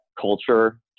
culture